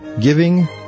giving